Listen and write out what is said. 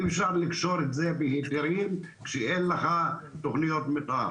זה ממש כמו טיפה בים.